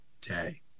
day